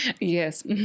Yes